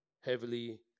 heavily